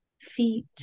feet